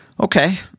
Okay